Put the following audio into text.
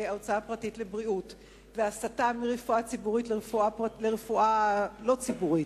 לבריאות והסטה מרפואה ציבורית לרפואה לא ציבורית.